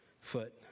foot